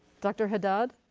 dr. haddad?